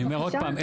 אני אומר עוד פעם,